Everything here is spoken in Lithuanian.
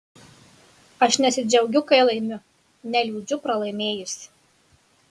aš nesidžiaugiu kai laimiu neliūdžiu pralaimėjusi